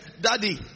daddy